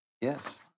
Yes